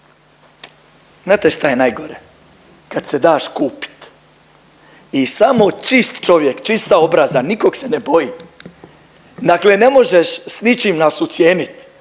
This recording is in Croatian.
Znate šta je najgore kad se daš kupiti. I samo čist čovjek, čista obraza nikog se ne boji. Dakle, ne možeš sa ničim nas ucijeniti.